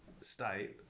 state